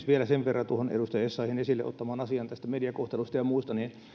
vielä sen verran tuohon edustaja essayahin esille ottamaan asiaan tästä mediakohtelusta ja muusta niin